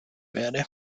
werde